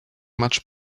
much